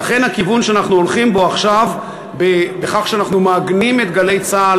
ולכן הכיוון שאנחנו הולכים בו עכשיו בכך שאנחנו מעגנים את "גלי צה"ל"